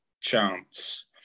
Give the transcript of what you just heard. chance